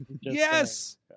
Yes